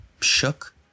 shook